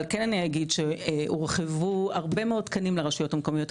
אבל כן אני אגיד שהורחבו הרבה מאוד תקנים לרשויות המקומיות.